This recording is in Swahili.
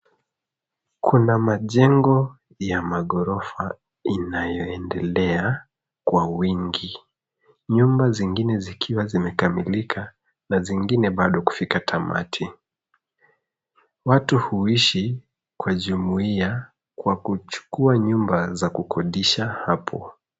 Kuna majengo ya maghorofa inayoendelea kwa wingi, nyumba zingine zikiwa zimekamilika na zingine bado kufika tamati. Watu huishi kwa jumuia kwa kuchukua nyumba za kukodisha hapo.